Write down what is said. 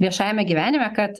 viešajame gyvenime kad